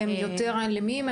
הם יותר אלימים?